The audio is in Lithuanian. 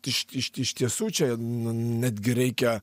iš iš iš tiesų čia n netgi reikia